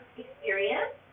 experience